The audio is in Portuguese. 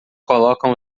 colocam